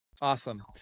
awesome